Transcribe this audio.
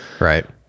Right